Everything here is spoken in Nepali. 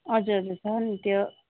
हजुर हजुर छ नि त्यो